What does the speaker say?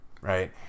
Right